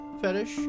fetish